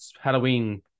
Halloween